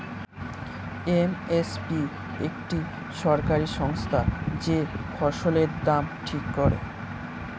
M S P একটি সরকারি সংস্থা যে ফসলের দাম ঠিক করে